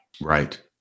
Right